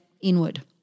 inward